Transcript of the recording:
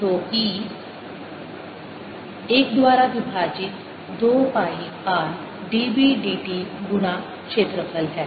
तो E 1 द्वारा विभाजित 2 पाई r dB dt गुणा क्षेत्रफल है